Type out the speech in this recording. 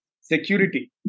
Security